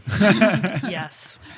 Yes